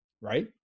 right